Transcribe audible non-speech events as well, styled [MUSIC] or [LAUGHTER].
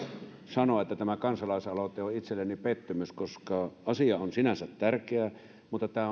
sanoa että tämä kansalaisaloite on itselleni pettymys asiahan on sinänsä tärkeä mutta tämä [UNINTELLIGIBLE]